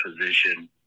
position